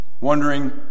Wondering